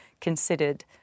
considered